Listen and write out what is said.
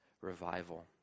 revival